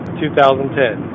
2010